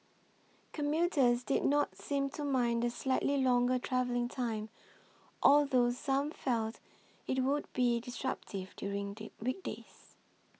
commuters did not seem to mind the slightly longer travelling time although some felt it would be disruptive during the weekdays